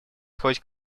хоть